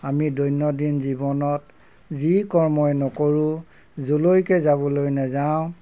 আমি দৈনন্দিন জীৱনত যি কৰ্মই নকৰোঁ য'লৈকে যাবলৈ নাযাওঁ